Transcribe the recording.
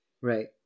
Right